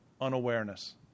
unawareness